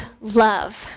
love